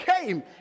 came